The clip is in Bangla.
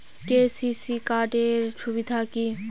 কে.সি.সি কার্ড এর সুবিধা কি?